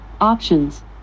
options